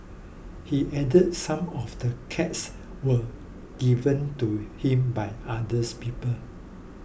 he added some of the cats were given to him by others people